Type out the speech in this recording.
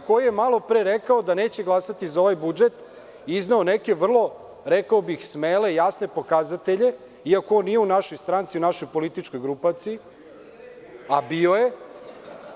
Dakle, on je malo pre rekao da neće glasati za ovaj budžet i izneo neke vrlo smele i jasne pokazatelje, iako on nije u našoj stranci, našoj političkoj grupaciji, a bio je,